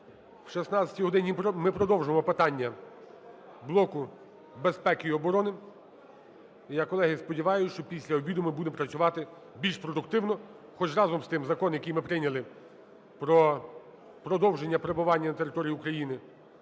О 16 годині ми продовжимо питання блоку безпеки і оборони. І я, колеги, сподіваюсь, що після обіду ми будемо працювати більш продуктивно. Хоч, разом з тим, закон, який ми прийняли: про продовження перебування на території України